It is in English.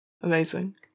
amazing